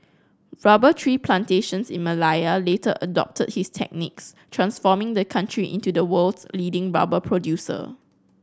rubber tree plantations in Malaya later adopted his techniques transforming the country into the world's leading rubber producer